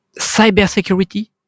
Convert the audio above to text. Cybersecurity